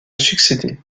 succédé